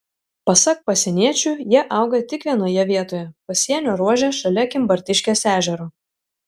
pasak pasieniečių jie auga tik vienoje vietoje pasienio ruože šalia kimbartiškės ežero